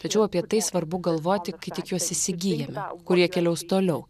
tačiau apie tai svarbu galvoti kai tik juos įsigyjame kur jie keliaus toliau